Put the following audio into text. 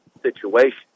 situation